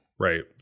Right